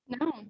No